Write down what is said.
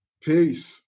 Peace